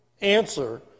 answer